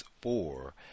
four